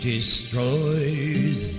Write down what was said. destroys